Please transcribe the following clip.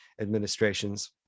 administrations